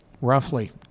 roughly